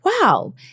wow